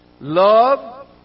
love